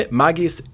magis